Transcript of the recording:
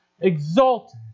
exalted